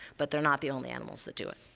but they're not the only animals that do it.